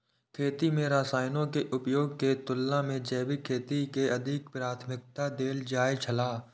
खेती में रसायनों के उपयोग के तुलना में जैविक खेती के अधिक प्राथमिकता देल जाय छला